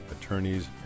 attorneys